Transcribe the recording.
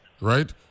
right